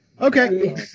okay